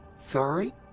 sorry,